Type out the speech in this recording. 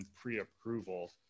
pre-approval